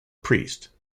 priest